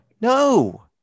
No